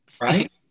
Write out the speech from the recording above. right